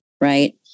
right